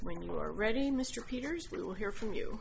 when you are ready mr peters will hear from you